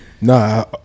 No